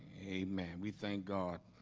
amen we thank god